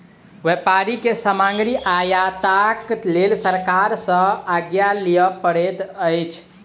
व्यापारी के सामग्री आयातक लेल सरकार सॅ आज्ञा लिअ पड़ैत अछि